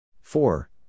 Four